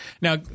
Now